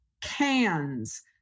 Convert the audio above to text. cans